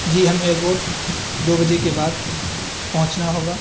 جی ہم ایئرپورٹ دو بجے کے بعد پہنچنا ہوگا